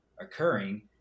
occurring